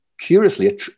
Curiously